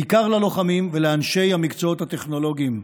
בעיקר ללוחמים ולאנשים במקצועות הטכנולוגיים.